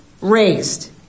raised